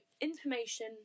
information